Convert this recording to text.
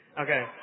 Okay